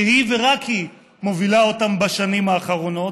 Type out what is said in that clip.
שהיא ורק היא מובילה אותם בשנים האחרונות,